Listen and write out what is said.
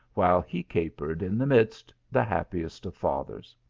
while he capered in the midst, the happiest of fathers.